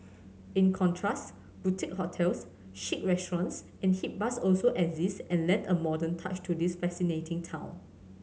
in contrast boutique hotels chic restaurants and hip bars also exist and lend a modern touch to this fascinating town